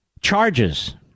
charges